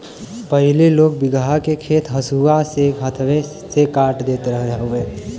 पहिले लोग बीघहा के खेत हंसुआ से हाथवे से काट देत रहल हवे